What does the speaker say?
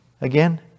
again